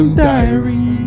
diary